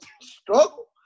struggle